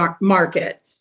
market